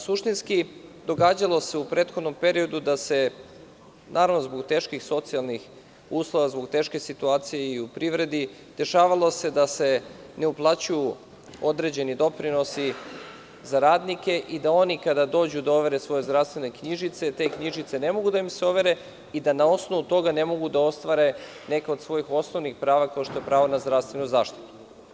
Suštinski događalo se u prethodnom periodu da se, naravno zbog teških socijalnih uslova, zbog teške situacije i u privredi, dešavalo se da se ne uplaćuju određeni doprinosi za radnike i da oni kada dođu da overe svoje zdravstvene knjižice, te knjižice ne mogu da im se overe i da na osnovu toga ne mogu da ostvare neka od svojih osnovnih prava, kao što je pravo na zdravstvenu zaštitu.